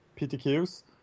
PTQs